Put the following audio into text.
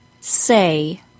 Say